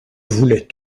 voulais